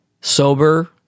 sober